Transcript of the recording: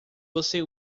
você